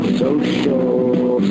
social